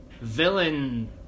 villain